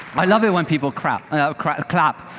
i love it when people crap crap clap.